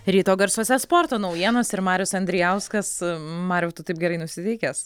ryto garsuose sporto naujienos ir marius andrijauskas mariau tu taip gerai nusiteikęs